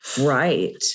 right